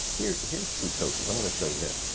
here's here's two coaches, i'm gonna show you this.